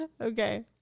Okay